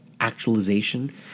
actualization